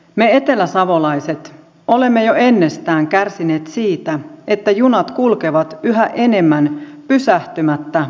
me eteläsavolaiset olemme jo ennestään kärsineet siitä että junat kulkevat yhä enemmän pysähtymättä asemiemme ohi